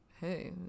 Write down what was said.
Hey